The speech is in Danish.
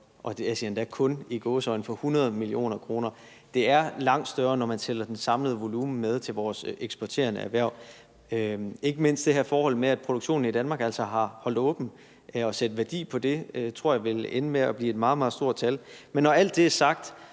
og jeg siger endda kun i gåseøjne – 100 mio. kr. Det er langt større, når man tæller det samlede volumen med til vores eksporterende erhverv, ikke mindst det her forhold, at produktionen i Danmark har været holdt åben. At sætte værdi på det tror jeg vil ende med at blive et meget, meget stort tal. Men når alt det er sagt,